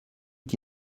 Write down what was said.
qui